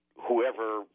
whoever